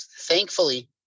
Thankfully